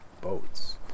boats